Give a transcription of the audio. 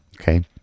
Okay